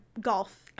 golf